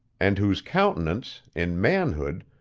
and whose countenance, in manhood,